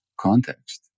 context